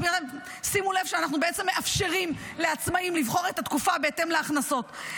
שימו לב שאנחנו בעצם מאפשרים לעצמאים לבחור את התקופה בהתאם להכנסות.